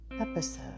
episode